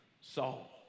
Saul